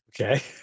okay